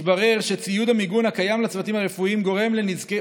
מתברר שציוד המיגון הקיים לצוותים רפואיים גורם לנזקי